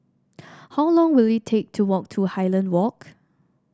how long will it take to walk to Highland Walk